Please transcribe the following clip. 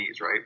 right